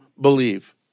believe